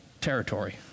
territory